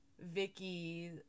vicky